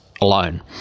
alone